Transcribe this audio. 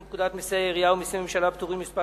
פקודת מסי העירייה ומסי הממשלה (פטורין) (מס'